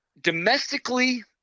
domestically